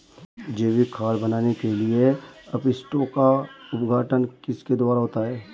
जैविक खाद बनाने के लिए अपशिष्टों का अपघटन किसके द्वारा होता है?